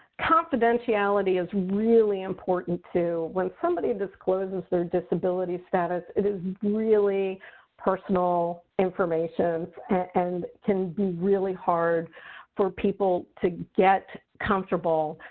confidentiality is really important too. when somebody discloses their disability status, it is really personal information and can be really hard for people to get comfortable,